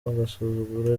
agasuzuguro